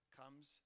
comes